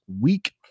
week